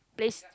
place